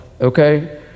okay